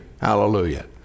hallelujah